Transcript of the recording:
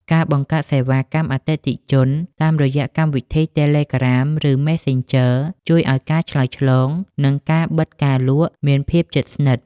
ការបង្កើតសេវាកម្មអតិថិជនតាមរយៈកម្មវិធីតេឡេក្រាម ឬមេសសិនជើ ជួយឱ្យការឆ្លើយឆ្លង និងការបិទការលក់មានភាពជិតស្និទ្ធ។